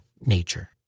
nature